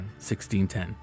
1610